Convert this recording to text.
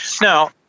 Now